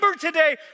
today